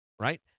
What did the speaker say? Right